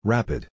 Rapid